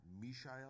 Mishael